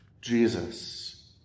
Jesus